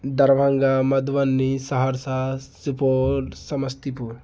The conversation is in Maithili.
दरभंगा मधुबनी सहरसा सुपौल समस्तीपुर